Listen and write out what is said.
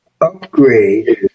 upgrade